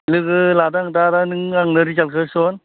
लोगो लादों दा नों आंनो रिजाल्टखौ होस'न